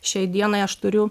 šiai dienai aš turiu